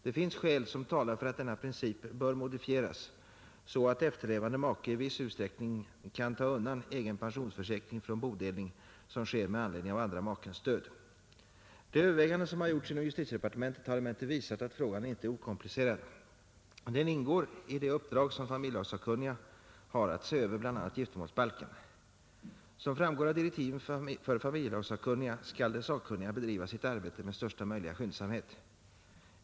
Det finns skäl som talar för att denna princip bör modifieras så att efterlevande make i viss utsträckning kan ta undan egen pensionsförsäkring från bodelning som sker med anledning av andra makens död. De överväganden som har gjorts inom justitiedepartementet har emellertid visat att frågan inte är okomplicerad. Den ingår i det uppdrag som familjelagssakkunniga har att se över, bl.a. giftermålsbalken. Som framgår av direktiven för familjelagssakkunniga skall de sakkunniga bedriva sitt arbete med största möjliga skyndsamhet.